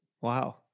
Wow